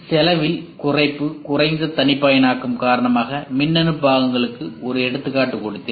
செலவில் குறைப்பு குறைந்த தனிப்பயனாக்கம் காரணமாக மின்னணு பாகங்களுக்கு ஒரு எடுத்துக்காட்டு கொடுத்தேன்